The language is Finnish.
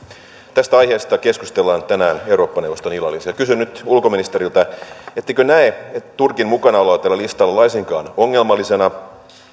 tästä aiheesta keskustellaan tänään eurooppa neuvoston illallisilla ja kysyn nyt ulkoministeriltä ettekö näe turkin mukanaoloa tällä listalla laisinkaan ongelmallisena